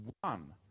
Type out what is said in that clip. one